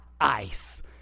ice